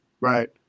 Right